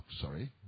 sorry